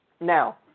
Now